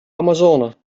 amazone